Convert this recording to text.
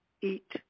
eat